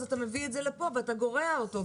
אז אתה מביא את זה לפה ואתה גורע אותו.